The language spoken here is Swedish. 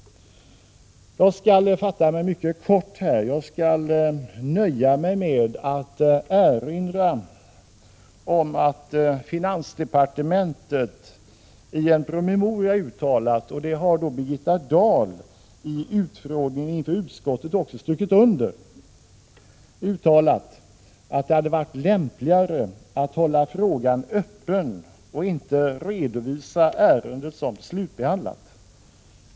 Jag skall fatta mig mycket kort i den frågan och nöja mig med att erinra om att finansdepartementet i en promemoria uttalat — något som Birgitta Dahl har strukit under vid utfrågningen i utskottet — att det hade varit lämpligare att hålla frågan öppen och inte redovisa ärendet som slutbehandlat.